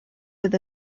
with